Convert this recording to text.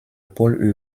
pôle